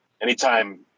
anytime